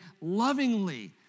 lovingly